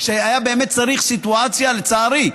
שהיה באמת צריך סיטואציה, לצערי,